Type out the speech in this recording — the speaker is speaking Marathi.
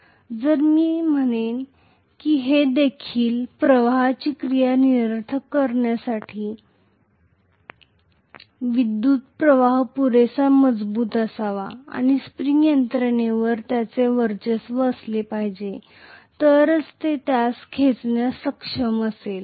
म्हणून जर त्यास आकर्षित करायचे असेल तर एखाद्या प्रवाहाची क्रिया निरर्थक करण्यासाठी विद्युत् प्रवाह पुरेसा मजबूत असावा आणि स्प्रिंग यंत्रणेवर त्याचे वर्चस्व असले पाहिजे तरच ते त्यास खेचण्यास सक्षम असेल